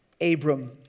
Abram